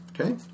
Okay